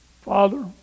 Father